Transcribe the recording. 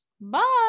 bye